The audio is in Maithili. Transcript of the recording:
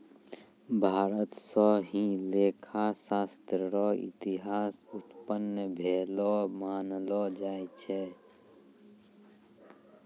भारत स ही लेखा शास्त्र र इतिहास उत्पन्न भेलो मानलो जाय छै